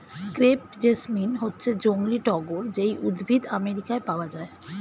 crepe jasmine হচ্ছে জংলী টগর যেই উদ্ভিদ আমেরিকায় পাওয়া যায়